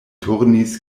turnis